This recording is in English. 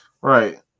Right